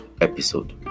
episode